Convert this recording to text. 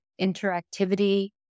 interactivity